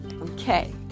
okay